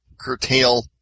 curtail